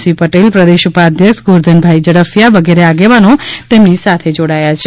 C Patel પ્રદેશ ઉપાધ્યક્ષ ગોરધનભાઇ ઝડફિથા વગેર આગોવાનો તેમની સાથે જોડાયા છે